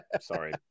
Sorry